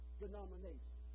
denomination